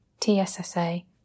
TSSA